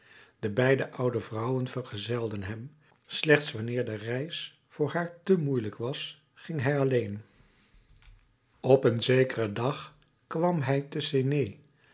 de beide oude vrouwen vergezelden hem slechts wanneer de reis voor haar te moeielijk was ging hij alleen op zekeren dag kwam hij te